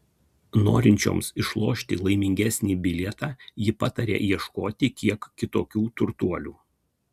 norinčioms išlošti laimingesnį bilietą ji pataria ieškoti kiek kitokių turtuolių